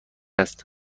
است